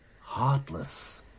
heartless